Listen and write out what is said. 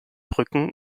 brücken